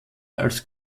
als